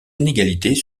inégalités